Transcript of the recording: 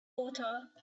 water